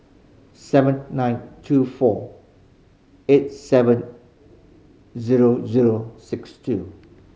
seven nine two four eight seven zero zero six two